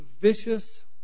vicious